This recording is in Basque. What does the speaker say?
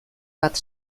bat